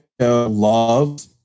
love